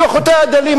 בכוחותי הדלים,